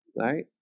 right